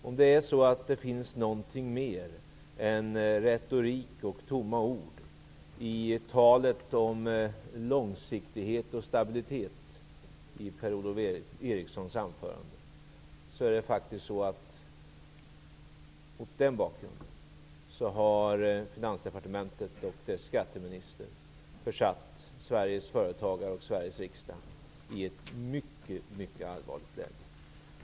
Om det finns någonting mer än retorik och tomma ord i talet om långsiktighet och stabilitet i Per-Ola Erikssons anförande har Sveriges företagare och Sveriges riksdag i ett mycket allvarligt läge.